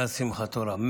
מאז שמחת תורה.